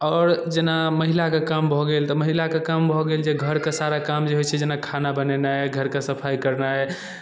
आओर जेना महिलाके काम भऽ गेल तऽ महिलाके काम भऽ गेल जे घरके सारा काम जे होइ छै जेना खाना बनेनाइ घरके सफाइ कयनाइ